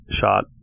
shot